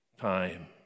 time